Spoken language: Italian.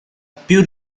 più